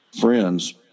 friends